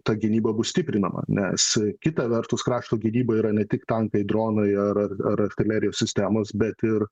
ta gynyba bus stiprinama nes kita vertus krašto gynyba yra ne tik tankai dronai ar ar ar artilerijos sistemos bet ir